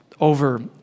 over